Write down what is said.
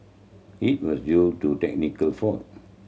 it was due to a technical fault